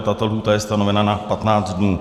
Tato lhůta je stanovena na 15 dnů.